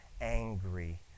angry